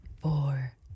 four